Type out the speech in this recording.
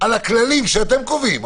על הכללים שאתם קובעים.